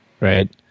right